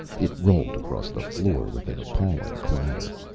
it rolled across the floor with an appalling clatter.